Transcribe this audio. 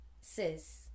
sis